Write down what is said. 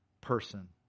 person